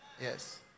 Yes